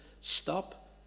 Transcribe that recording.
stop